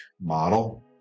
model